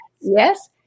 Yes